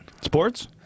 sports